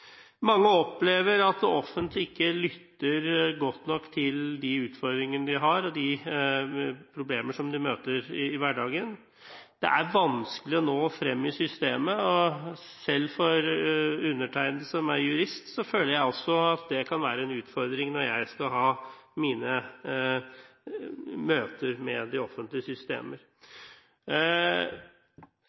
Mange opplever at det offentlige ikke lytter godt nok til de utfordringene de har, og de problemer som de møter i hverdagen. Det er vanskelig å nå frem i systemet. Selv undertegnede, som er jurist, føler også at det kan være en utfordring når jeg skal ha mine møter med de offentlige systemer.